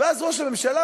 ואז ראש הממשלה,